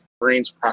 Brain's